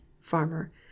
farmer